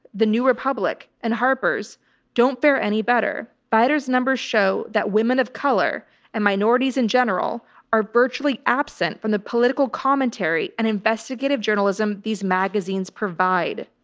the new republic, and harper's don't fare any better. vita's numbers show that women of color and minorities in general are virtually absent from the political commentary and investigative journalism these magazines provide.